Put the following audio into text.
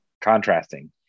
contrasting